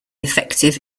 effective